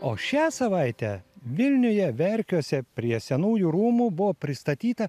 o šią savaitę vilniuje verkiuose prie senųjų rūmų buvo pristatyta